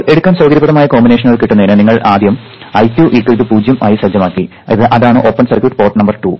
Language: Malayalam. ഇപ്പോൾ എടുക്കാൻ സൌകര്യപ്രദമായ കോമ്പിനേഷനുകൾ കിട്ടുന്നത് ആദ്യം നിങ്ങൾ I2 0 ആയി സജ്ജമാക്കി അതാണ് ഓപ്പൺ സർക്യൂട്ട് പോർട്ട് നമ്പർ 2